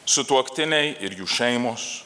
sutuoktiniai ir jų šeimos